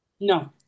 No